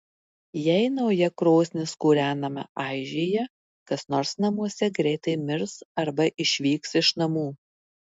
jei nauja krosnis kūrenama aižėja kas nors namuose greitai mirs arba išvyks iš namų